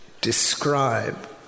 describe